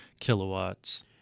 kilowatts